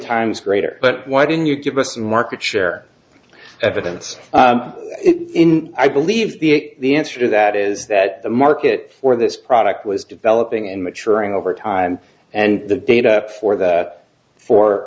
times greater but why didn't you give us market share evidence in i believe the answer to that is that the market for this product was developing and maturing over time and the data for that for